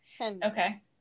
Okay